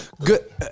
Good